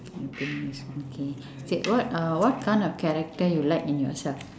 happiness okay say what uh what kind of character you like in yourself